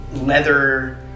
leather